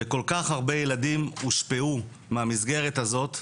וכל כך הרבה ילדים הושפעו מהמסגרת הזאת,